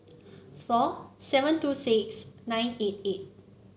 four seven two six nine eight eight